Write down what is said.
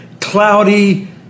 cloudy